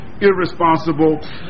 irresponsible